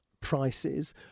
prices